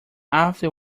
after